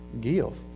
give